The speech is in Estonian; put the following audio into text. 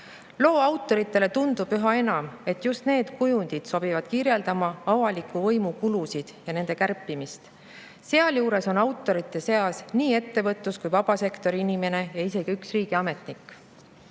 Loo autoritele tundub üha enam, et just need kujundid sobivad kirjeldama avaliku võimu kulusid ja nende kärpimist. Sealjuures on autorite seas nii ettevõtlus- kui vabasektori inimene ja isegi üks